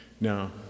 Now